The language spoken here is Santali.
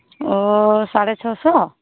ᱚᱻ ᱥᱟᱲᱮ ᱪᱷᱚ ᱥᱚ